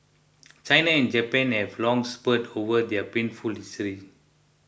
China and Japan have long sparred over their painful history